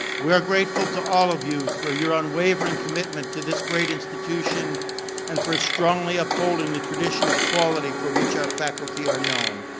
we are grateful to all of you for your unwavering commitment to this great institution and for strongly upholding the tradition of quality for which our faculty are known.